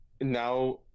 now